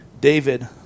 David